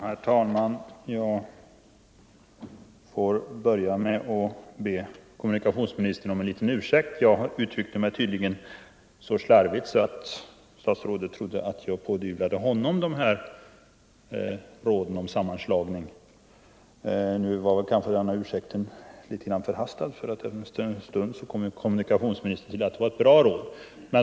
Herr talman! Jag får börja med att be kommunikationsministern om ursäkt litet. Jag uttryckte mig tydligen så slarvigt att statsrådet trodde att jag pådyvlade honom rådet om sammanslagning. Denna ursäkt är kanske litet förhastad, för efter en stund kom ju kommunikationsministern fram till att det var ett bra råd.